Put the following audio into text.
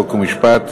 חוק ומשפט,